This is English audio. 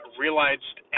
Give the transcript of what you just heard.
realized